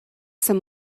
some